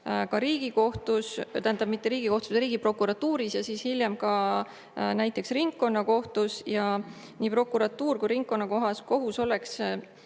ka Riigikohtus, tähendab, mitte Riigikohtus, vaid Riigiprokuratuuris ja hiljem ka näiteks ringkonnakohtus. Nii prokuratuur kui ka ringkonnakohus oleks